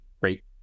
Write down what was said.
great